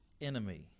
enemy